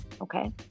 Okay